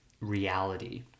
reality